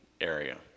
area